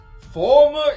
Former